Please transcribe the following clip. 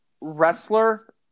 wrestler